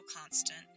constant